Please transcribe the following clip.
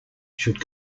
should